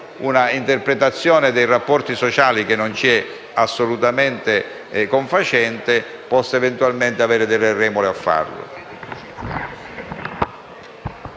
un'interpretazione dei rapporti sociali che non ci è assolutamente confacente, possa eventualmente avere delle remore a fare.